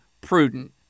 prudent